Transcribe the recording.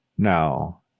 Now